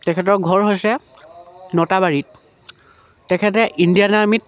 তেখেতৰ ঘৰ হৈছে নটাবাৰীত তেখেতে ইণ্ডিয়ান আৰ্মীত